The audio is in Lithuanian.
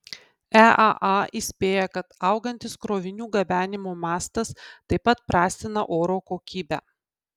eaa įspėja kad augantis krovinių gabenimo mastas taip pat prastina oro kokybę